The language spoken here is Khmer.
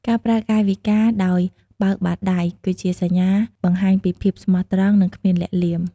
ការប្រើកាយវិការដោយបើកបាតដៃ គឺជាសញ្ញាបង្ហាញពីភាពស្មោះត្រង់ និងគ្មានលាក់លៀម។